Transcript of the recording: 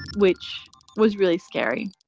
which was really scary.